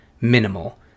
minimal